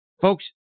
Folks